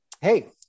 hey